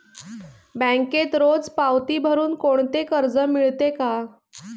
बँकेत रोज पावती भरुन कोणते कर्ज मिळते का?